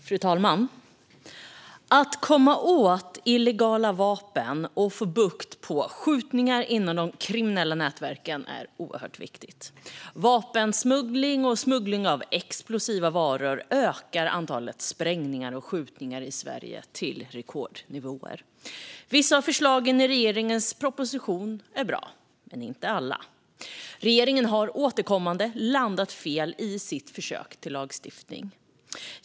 Fru talman! Att komma åt illegala vapen och få bukt med skjutningar inom de kriminella nätverken är oerhört viktigt. Vapensmuggling och smuggling av explosiva varor gör att antalet sprängningar och skjutningar i Sverige når rekordnivåer. Vissa av förslagen i regeringens proposition är bra, men inte alla. Regeringen har återkommande landat fel i sitt försök till lagstiftning.